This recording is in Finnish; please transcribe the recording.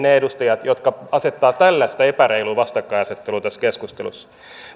ne edustajat jotka asettavat tällaista epäreilua vastakkainasettelua tässä keskustelussa